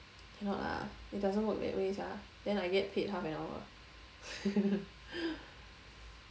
cannot lah it doesn't work that way sia then I get paid half an hour ah